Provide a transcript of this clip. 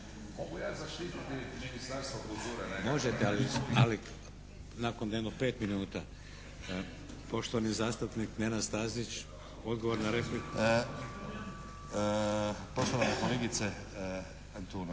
Možete, ali, ali nakon jedno pet minuta. Poštovani zastupnik Nenad Stazić, odgovor na repliku. **Stazić, Nenad